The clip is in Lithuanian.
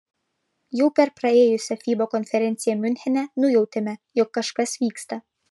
jau per praėjusią fiba konferenciją miunchene nujautėme jog kažkas vyksta